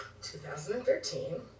2013